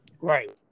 Right